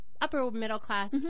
upper-middle-class